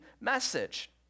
message